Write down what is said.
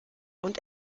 und